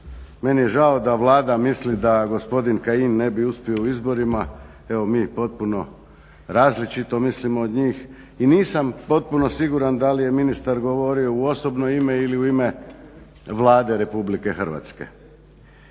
Meni je žao da Vlada misli da gospodin Kajin ne bi uspio u izborima. Evo mi potpuno različito mislimo od njih i nisam potpuno siguran da li je ministar govorio u osobno ime ili u ime Vlade RH.